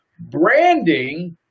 branding